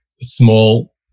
small